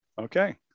Okay